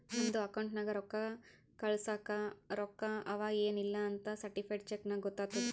ನಮ್ದು ಅಕೌಂಟ್ ನಾಗ್ ರೊಕ್ಕಾ ಕಳ್ಸಸ್ಟ ರೊಕ್ಕಾ ಅವಾ ಎನ್ ಇಲ್ಲಾ ಅಂತ್ ಸರ್ಟಿಫೈಡ್ ಚೆಕ್ ನಾಗ್ ಗೊತ್ತಾತುದ್